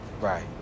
Right